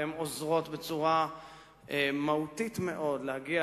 והן עוזרות בצורה מהותית מאוד להגיע